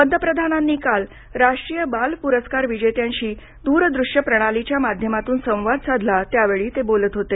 पंतप्रधानांनी काल राष्ट्रीय बाल प्रस्कार विजेत्यांशी द्रदृष्य प्रणालीच्या माध्यमातून संवाद साधला त्यावेळी ते बोलत होते